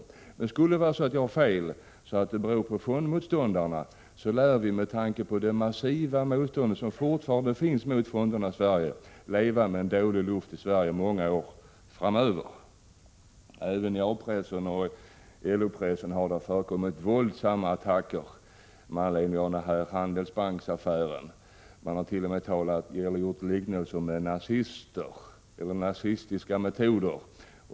Men om jag skulle ha fel — om det alltså skulle bero på fondmotståndarna — lär vi, med tanke på det massiva motstånd som fortfarande finns mot fonderna i Sverige, få leva med dålig luft i Sverige under många år framöver. Även i A-pressen och LO-pressen har det förekommit våldsamma attacker med anledning av Handelsbanksaffären. Man har t.o.m. gjort liknelser med nazistiska metoder.